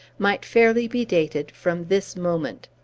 might fairly be dated from this moment.